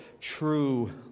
true